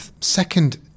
second